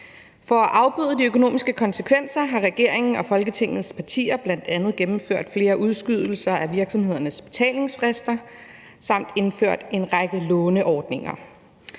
For at afbøde de økonomiske konsekvenser har regeringen og Folketingets partier bl.a. gennemført flere udskydelser af virksomhedernes betalingsfrister samt indført en række låneordninger.